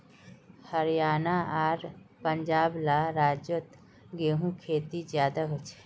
हरयाणा आर पंजाब ला राज्योत गेहूँर खेती ज्यादा होछे